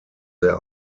their